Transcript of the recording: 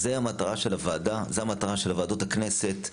זה המטרה של הוועדה, זה המטרה של ועדות הכנסת,